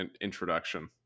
introduction